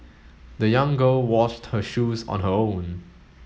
the young girl washed her shoes on her own